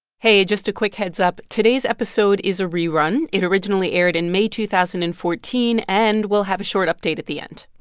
hey, just a quick heads-up today's episode is a rerun. it originally aired in may two thousand and fourteen, and we'll have a short update at the end